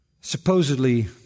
supposedly